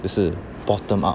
就是 bottom up